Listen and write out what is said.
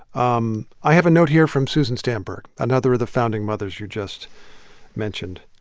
um i have a note here from susan stamberg, another of the founding mothers you just mentioned.